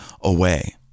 away